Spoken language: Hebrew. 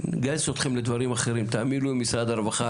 נגייס אותכם לדברים אחרים, תאמינו למשרד הרווחה